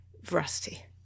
veracity